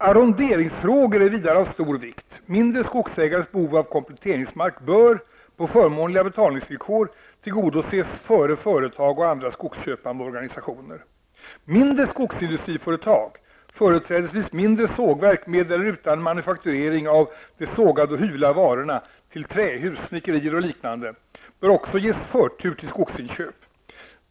Arronderingsfrågor är vidare av stor vikt: Mindre skogsägares behov av kompletteringsmark bör, på förmånliga betalningsvillkor, tillgodoses före företag och andra skogsköpande organisationer. Mindre skogsindustriföretag -- företrädesvis mindre sågverk med eller utan manufakturering av sågade och hyvlade varor till trähus, snickerier och liknande -- bör också ges förtur till skogsinköp.